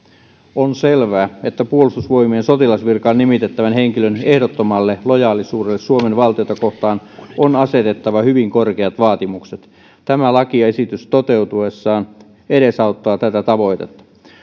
on selvää että puolustusvoimien sotilasvirkaan nimitettävän henkilön ehdottomalle lojaalisuudelle suomen valtiota kohtaan on asetettava hyvin korkeat vaatimukset tämä lakiesitys toteutuessaan edesauttaa tätä tavoitetta